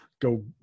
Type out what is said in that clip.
go